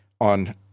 on